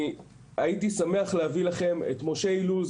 הייתי שמח להביא אליכם את משה אילוז